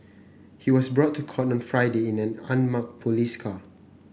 he was brought to court on Friday in an unmarked police car